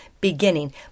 beginning